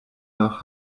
nach